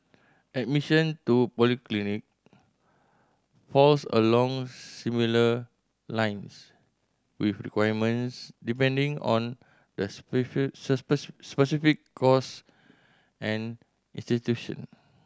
admission to polytechnic falls along similar lines with requirements depending on the specific course and institution